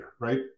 right